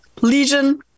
legion